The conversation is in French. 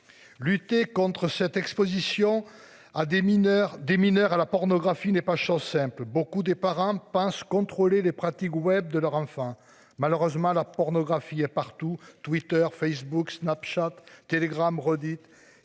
Lutter contre cette Exposition à des mineurs des mineurs à la pornographie n'est pas chose simple beaucoup des parents pensent contrôler les pratiques web de leur enfant. Malheureusement la pornographie est partout. Twitter, Facebook, Snapchat telegram redites